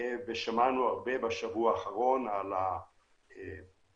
ושמענו הרבה בשבוע האחרון על ה"פשלה"